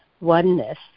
oneness